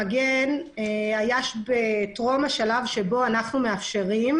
המגן היה בטרום השלב שבו אנחנו מאפשרים,